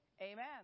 Amen